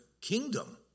kingdom